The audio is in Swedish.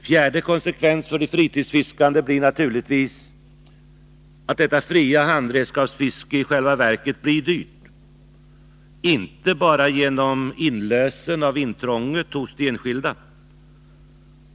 En fjärde konsekvens för de fritidsfiskande blir naturligtvis att detta fria handredskapsfiske i själva verket blir dyrt. Först och främst skall det bli en inlösen av intrånget hos de enskilda.